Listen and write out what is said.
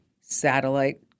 satellite